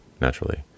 naturally